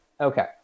Okay